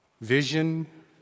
vision